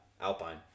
Alpine